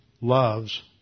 loves